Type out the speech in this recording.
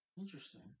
Interesting